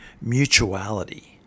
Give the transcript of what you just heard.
mutuality